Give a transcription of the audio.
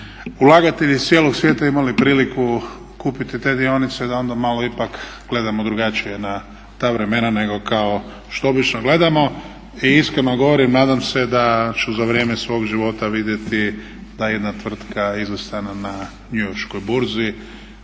ulagatelji iz cijelog svijeta imali priliku kupiti te dionice da onda malo ipak gledamo drugačije na ta vremena nego kao što obično gledamo. Iskreno govorim, nadam se da ću za vrijeme svog života vidjeti da je ta jedna tvrtka izlistana na njujorškoj burzi,